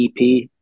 EP